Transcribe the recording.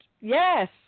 Yes